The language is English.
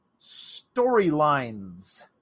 storylines